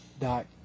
dot